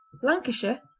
lancashire,